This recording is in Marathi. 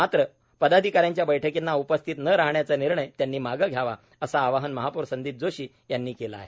मात्र पदाधिकाऱ्यांच्या बैठकींना उपस्थित न राहण्याचा निर्णय त्यांनी मागे घ्यावा असं आवाहन महापौर संदीप जोशी यांनी केलं आहे